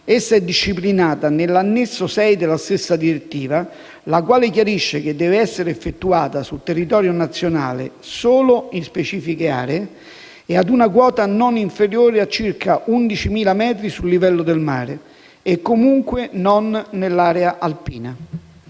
essa è disciplinata nell'annesso 6 della stessa direttiva, la quale chiarisce che deve essere effettuata sul territorio nazionale solo in specifiche aree e ad una quota non inferiore a circa 11.000 metri sul livello del mare e, comunque, non nell'area alpina.